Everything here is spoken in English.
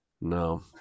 No